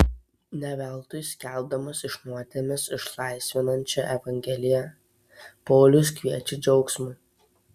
ne veltui skelbdamas iš nuodėmės išlaisvinančią evangeliją paulius kviečia džiaugsmui